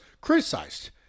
criticized